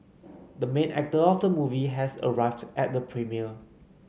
the main actor of the movie has arrived at the premiere